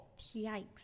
Yikes